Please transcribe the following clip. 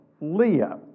Leah